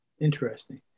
Interesting